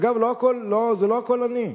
אגב, לא הכול אני,